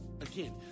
Again